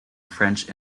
french